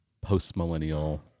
post-millennial